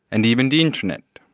and even the internet.